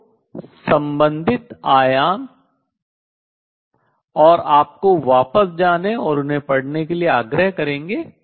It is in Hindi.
तो संबंधित आयाम और आपको वापस जाने और उन्हें पढ़ने के लिए आग्रह करेंगे